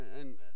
and-